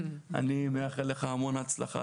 אני מאחל לך המון הצלחה.